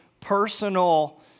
personal